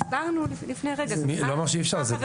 אפשר לעשות